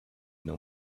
know